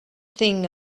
thing